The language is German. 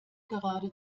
gerade